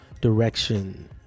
direction